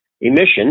emissions